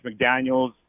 McDaniels